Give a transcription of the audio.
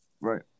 Right